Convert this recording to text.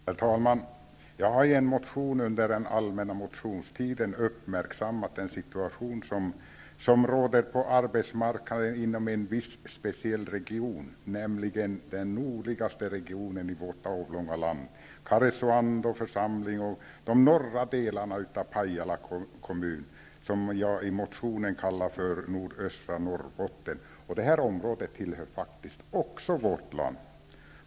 Herr talman! Jag har i en motion under den allmänna motionstiden uppmärksammat den situation som råder på arbetsmarknaden inom en viss, speciell region, nämligen den nordligaste regionen i vårt avlånga land -- Karesuando församling och de norra delarna av Pajala kommun, som jag i motionen kallar nordöstra Norrbotten. Det här området tillhör faktiskt också vårt land.